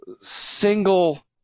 single